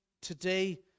today